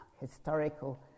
historical